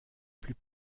plus